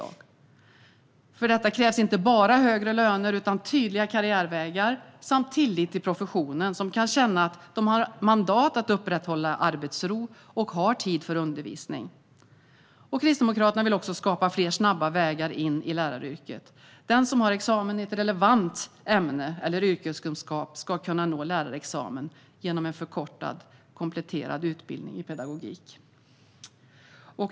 För detta krävs inte bara högre löner utan också tydliga karriärvägar samt tillit till professionen, som ska känna att den har mandat att upprätthålla arbetsro och har tid för undervisning. Kristdemokraterna vill även skapa fler snabba vägar in i läraryrket. Den som har examen i ett relevant ämne eller yrkeskunskap ska kunna nå lärarexamen genom en förkortad kompletterande utbildning i pedagogik.